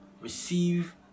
receive